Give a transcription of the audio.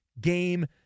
Game